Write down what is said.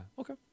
okay